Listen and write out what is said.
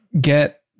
get –